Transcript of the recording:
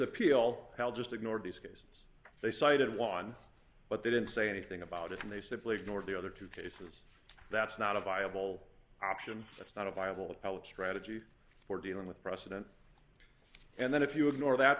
appeal hell just ignored these cases they cited one but they didn't say anything about it and they simply ignored the other two cases that's not a viable option that's not a viable appellate strategy for dealing with precedent and then if you ignore that